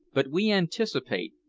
but we anticipate.